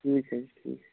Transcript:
ٹھیٖک حظ چھُ ٹھیٖک